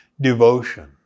devotion